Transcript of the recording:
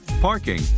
parking